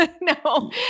No